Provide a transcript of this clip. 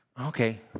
Okay